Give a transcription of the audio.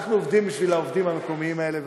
אנחנו עובדים בשביל העובדים המקומיים האלה,